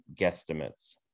guesstimates